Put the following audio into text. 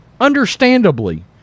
Understandably